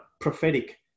prophetic